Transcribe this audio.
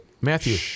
Matthew